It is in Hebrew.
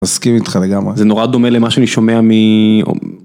מסכים איתך לגמרי זה נורא דומה למה שאני שומע.